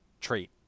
trait